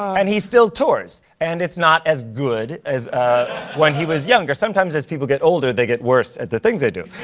and he still tours. and it's not as good as when he was younger. sometimes as people get older, they get worse at the things they do.